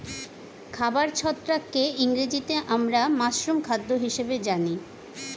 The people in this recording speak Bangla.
খাবার ছত্রাককে ইংরেজিতে আমরা মাশরুম খাদ্য হিসেবে জানি